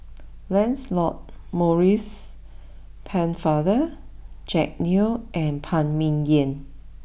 Lancelot Maurice Pennefather Jack Neo and Phan Ming Yen